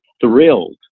thrilled